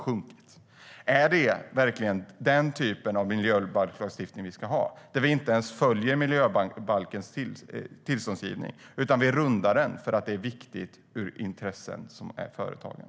Ska vi verkligen hantera miljölagstiftningen på det sättet att vi inte ens följer miljöbalkens tillståndsgivning utan rundar den för att det är viktigt för företagens intressen?